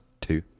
two